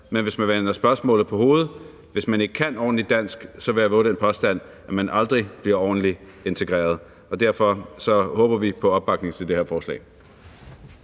Men jeg vil vende spørgsmålet på hovedet og sige: Hvis man ikke kan ordentligt dansk, vil jeg vove den påstand, at man aldrig bliver ordentligt integreret. Derfor håber vi på opbakning til det her forslag.